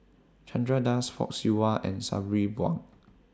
Chandra Das Fock Siew Wah and Sabri Buang